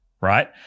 right